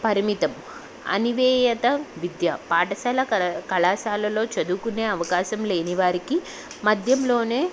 పరిమితం అనివేయత విద్య పాఠశాల కళాశాలలో చదువుకునే అవకాశం లేని వారికి మధ్యలోనే